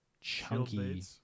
chunky